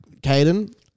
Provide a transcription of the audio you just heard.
Caden